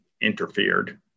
interfered